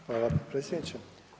Hvala potpredsjedniče.